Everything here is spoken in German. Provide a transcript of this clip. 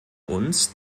uns